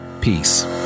Peace